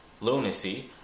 lunacy